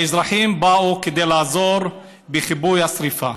האזרחים באו כדי לעזור בכיבוי השרפה.